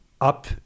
up